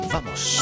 Vamos